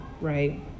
right